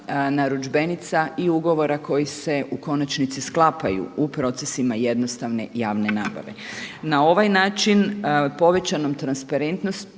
narudžbenica i ugovora koji se u konačnici sklapaju u procesima jednostavne javne nabave. Na ovaj način povećanom transparentnošću